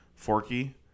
Forky